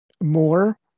more